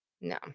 no